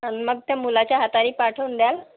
आणि मग त्या मुलाच्या हाताने पाठवून द्याल